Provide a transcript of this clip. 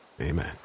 Amen